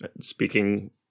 speaking